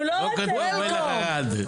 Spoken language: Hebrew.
וולקם,